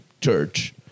church